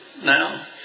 now